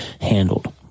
handled